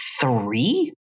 Three